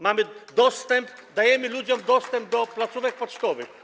Mamy dostęp, dajemy ludziom dostęp do placówek pocztowych.